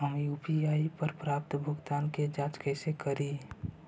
हम यु.पी.आई पर प्राप्त भुगतानों के जांच कैसे करी?